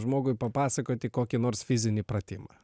žmogui papasakoti kokį nors fizinį pratimą